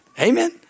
Amen